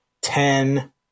ten